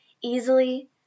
easily